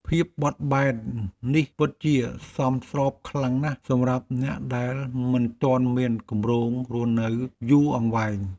ភាពបត់បែននេះពិតជាសមស្របខ្លាំងណាស់សម្រាប់អ្នកដែលមិនទាន់មានគម្រោងរស់នៅយូរអង្វែង។